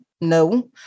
No